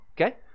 Okay